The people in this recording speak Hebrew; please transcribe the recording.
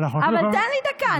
אבל תן לי דקה,